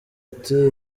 ati